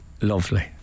lovely